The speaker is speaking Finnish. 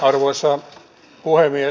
arvoisa puhemies